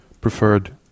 preferred